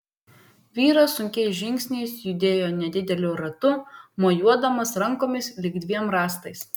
vyras sunkiais žingsniais judėjo nedideliu ratu mojuodamas rankomis lyg dviem rąstais